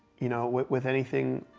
you know, with anything,